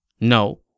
No